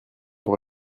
pour